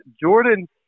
Jordan